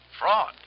Fraud